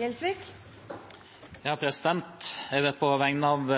Gjelsvik vil fremsette et representantforslag. Jeg vil på vegne av